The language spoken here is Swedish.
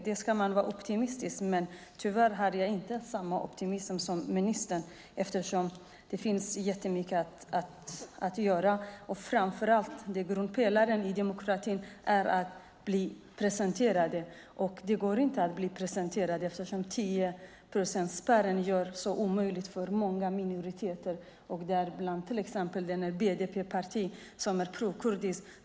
Man ska vara optimistisk, men tyvärr känner jag inte samma optimism som ministern eftersom det finns mycket att göra. Framför allt är grundpelaren i demokratin att bli representerad. Men det går inte att bli representerad eftersom 10-procentsspärren gör det omöjligt för många minoriteter, däribland till exempel det prokurdiska partiet BDP.